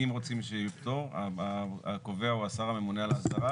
אם רוצים שיהיה פטור הקובע הוא השר הממונה על ההסדרה,